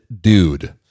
dude